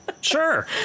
Sure